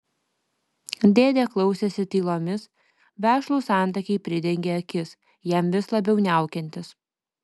dėdė klausėsi tylomis vešlūs antakiai pridengė akis jam vis labiau niaukiantis